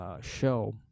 show